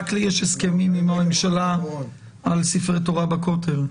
רק לי יש הסכם עם הממשלה על ספרי תורה בכותל.